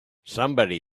somebody